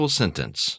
sentence